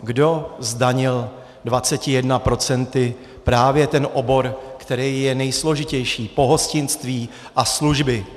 Kdo zdanil 21 procenty právě ten obor, který je nejsložitější pohostinství a služby?